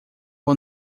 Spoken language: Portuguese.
vou